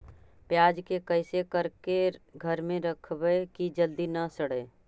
प्याज के कैसे करके घर में रखबै कि जल्दी न सड़ै?